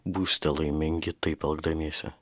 būsite laimingi taip elgdamiesi